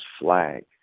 flag